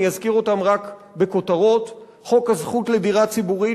אני אזכיר אותם רק בכותרות: חוק הזכות לדירה ציבורית,